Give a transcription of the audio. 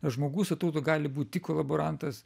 žmogus atrodo gali būt tik kolaborantas